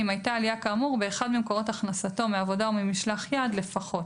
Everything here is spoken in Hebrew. אם הייתה עלייה כאמור באחד ממקורות הכנסתו מעבודה או ממשלח יד לפחות: